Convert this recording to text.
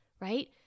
right